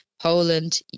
Poland